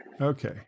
Okay